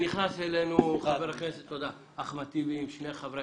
נכנס אלינו חבר הכנסת אחמד טיבי עם שני חברי